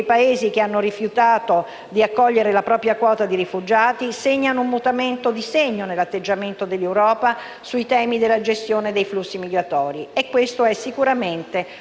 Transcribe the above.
di segno nell'atteggiamento dell'Europa sui temi della gestione dei flussi migratori. E questo è sicuramente un merito del Governo Renzi e del Governo Gentiloni